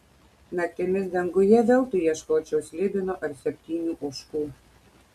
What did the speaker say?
naktimis danguje veltui ieškočiau slibino ar septynių ožkų